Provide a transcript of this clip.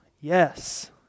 yes